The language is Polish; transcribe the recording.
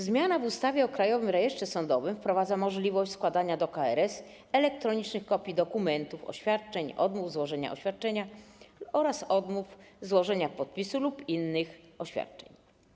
Zmiana w ustawie o Krajowym Rejestrze Sądowym wprowadza możliwość składania do KRS elektronicznych kopii dokumentów, oświadczeń, odmów złożenia oświadczenia oraz odmów złożenia podpisu lub innych oświadczeń.